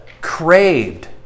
craved